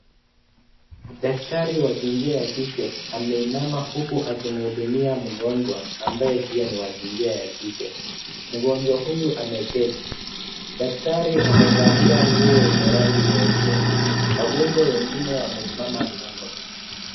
Daktari wa jinsia ya kike ameinama, huku akimhudumia mgonjwa, ambaye pia ni wa jinsia ya kike. Mgonjwa huyu ameketi. Daktari amevalia nguo ye ye rangi nyeupe. Wagonjwa wengine wamesimama pale.